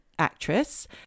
actress